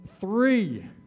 Three